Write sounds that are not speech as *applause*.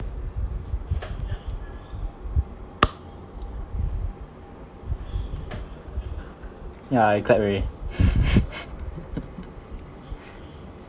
ya I type already *laughs*